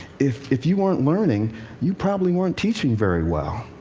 if if you weren't learning you probably weren't teaching very well.